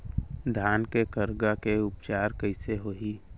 धान के करगा के उपचार कइसे होही?